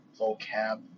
vocab